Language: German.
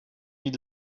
die